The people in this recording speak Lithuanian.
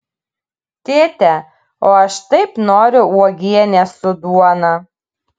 tėte o aš taip noriu uogienės su duona